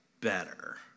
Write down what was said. better